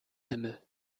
himmel